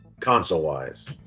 console-wise